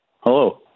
Hello